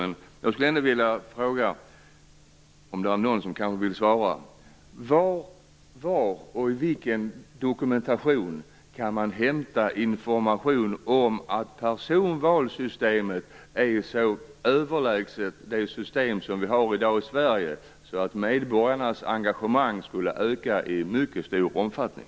Men jag skulle ändå vill jag fråga, om någon vill svara: Var och i vilken dokumentation kan man hämta information om att personvalssystemet är så överlägset det system vi har i dag i Sverige att medborgarnas engagemang skulle öka i mycket stor omfattning?